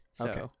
Okay